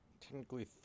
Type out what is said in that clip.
technically